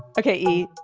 okay, e.